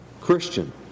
Christian